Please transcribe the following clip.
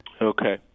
Okay